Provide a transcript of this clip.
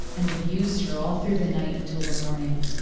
and abused her all through the night until the morning.